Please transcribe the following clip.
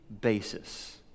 basis